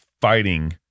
fighting